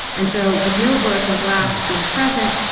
and so with no broken glass being present,